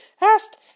asked